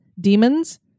Demons